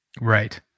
Right